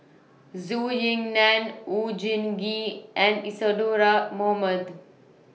Zhou Ying NAN Oon Jin Gee and Isadhora Mohamed